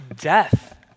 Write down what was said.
death